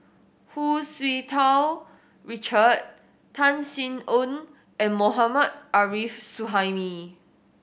Hu Tsu Tau Richard Tan Sin Aun and Mohammad Arif Suhaimi